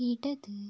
ഇടത്